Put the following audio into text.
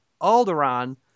Alderaan